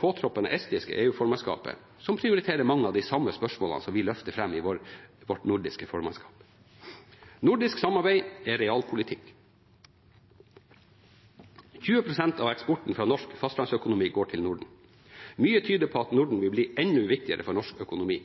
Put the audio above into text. påtroppende estiske EU-formannskapet, som prioriterer mange av de samme spørsmålene som vi løfter fram i vårt nordiske formannskap. Nordisk samarbeid er realpolitikk. 20 pst. av eksporten fra norsk fastlandsøkonomi går til Norden. Mye tyder på at Norden vil bli enda viktigere for norsk økonomi.